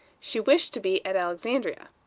she wished to be at alexandria.